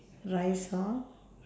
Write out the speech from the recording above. rice hor